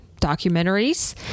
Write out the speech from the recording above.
documentaries